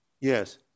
Yes